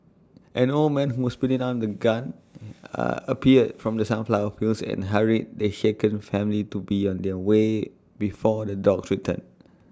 an old man who was putting down the gun appeared from the sunflower fields and hurried the shaken family to be on their way before the dogs return